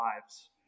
lives